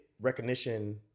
recognition